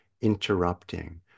interrupting